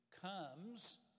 comes